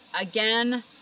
again